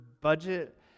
budget